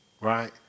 right